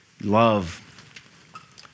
love